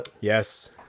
Yes